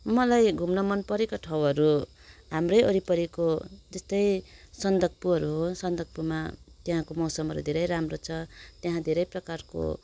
मलाई घुम्नु मनपरेको ठाउँहरू हाम्रै वरिपरिको जस्तै सन्दकपूहरू हो सन्दकपूमा त्यहाँको मौसमहरू धेरै राम्रो छ त्यहाँ धेरै प्रकारको